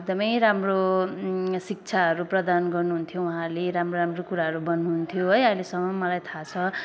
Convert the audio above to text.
एकदमै राम्रो शिक्षाहरू प्रदान गर्नुहुन्थ्यो उहाँहरूले राम्रो राम्रो कुराहरू भन्नुहुन्थ्यो है अहिलेसम्म मलाई थाहा छ